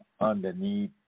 underneath